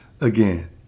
again